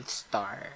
star